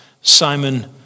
Simon